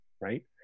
right